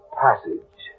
passage